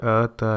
Earth